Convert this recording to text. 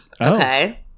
Okay